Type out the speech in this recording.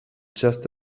just